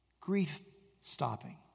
grief-stopping